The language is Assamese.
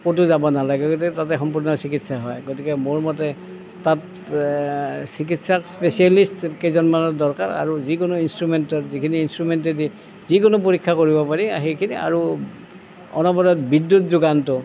ক'তো যাব নালাগে গতিকে তাতে সম্পূৰ্ণ চিকিৎসা হয় গতিকে মোৰ মতে তাত চিকিৎসক স্পেচিয়েলিষ্ট কেইজনমানৰ দৰকাৰ আৰু যিকোনো ইনষ্ট্ৰুমেন্টৰ যিখিনি ইনষ্ট্ৰুমেন্টেদি যিকোনো পৰীক্ষা কৰিব পাৰি সেইখিনি আৰু অনবৰত বিদ্যুৎ যোগানটো